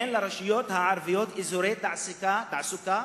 אין לרשויות הערביות אזורי תעסוקה